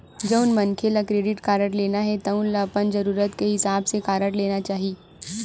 जउन मनखे ल क्रेडिट कारड लेना हे तउन ल अपन जरूरत के हिसाब ले कारड लेना चाही